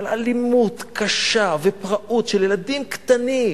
אבל אלימות קשה ופראות של ילדים קטנים,